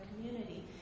community